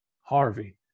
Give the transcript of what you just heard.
Harvey